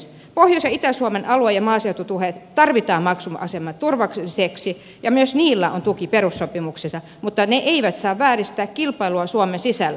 pohjois ja itä suomen alue ja maaseututuet tarvitaan maksuaseman turvaamiseksi ja myös niillä on tuki perussopimuksissa mutta ne eivät saa vääristää kilpailua suomen sisällä